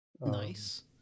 Nice